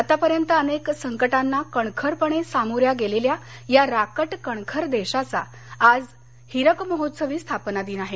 आतापर्यंत अनेक संकटांना कणखरपणे सामोऱ्या गेलेल्या या राकट कणखर देशाचा आज हीरकमहोत्सवी स्थापना दिन आहे